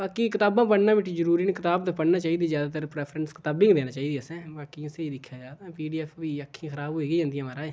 बाकी कताबां पढ़ने बट जरूरी न कताब ते पढ़ना चाहिदी ज्यादातर प्रैफरैंस कताबें गी देनी चाहिदी असें बाकी असें एह् दिक्खेआ पी डी एफ बी अक्खियां खराब होई गै जंदियां महाराज